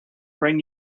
bring